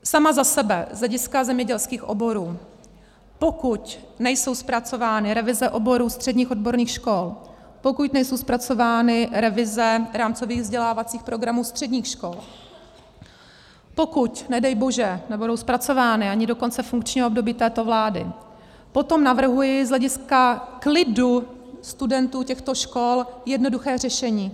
Sama za sebe z hlediska zemědělských oborů, pokud nejsou zpracovány revize oborů středních odborných škol, pokud nejsou zpracovány revize rámcových vzdělávacích programů středních škol, pokud nedej bože nebudou zpracovány ani do konce funkčního období této vlády, potom navrhuji z hlediska klidu studentů těchto škol jednoduché řešení.